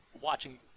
watching